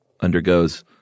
undergoes